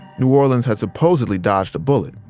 new orleans had supposedly dodged a bullet,